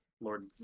Lord